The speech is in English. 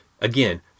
again